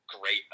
great